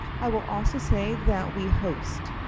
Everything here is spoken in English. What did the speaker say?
i will also say that we host,